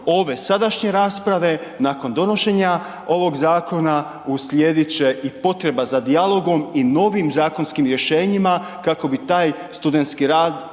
ove sadašnje rasprave, nakon donošenja ovog zakona uslijedit će i potreba za dijalogom i novim zakonskim rješenjima kako bi taj studentski rada